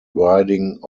riding